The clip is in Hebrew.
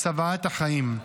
בצוואת החיים.